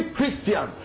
Christian